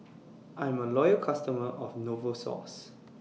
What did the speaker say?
I'm A Loyal customer of Novosources